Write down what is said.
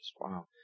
Wow